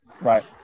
Right